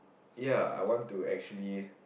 ya I want to actually